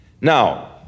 Now